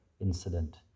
incident